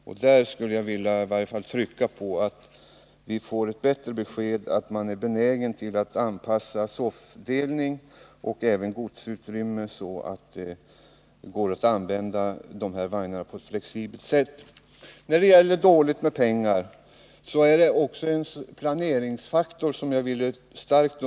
Jag skulle här vilja trycka på angelägenheten av att vi får besked om huruvida man är benägen att anpassa soffdelning och även godsutrymme så att vagnarna kan användas på ett flexibelt sätt. Nr 26 När det gäller bristen på pengar vill jag starkt understryka planeringsfak Måndagen den torns betydelse.